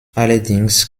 allerdings